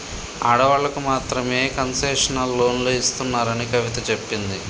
ఆడవాళ్ళకు మాత్రమే కన్సెషనల్ లోన్లు ఇస్తున్నారని కవిత చెప్పింది